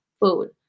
food